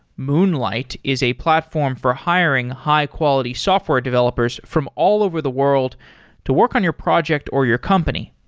moonlight is a platform for hiring high-quality software developers from all over the world to work on your project or your company.